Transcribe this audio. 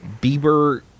Bieber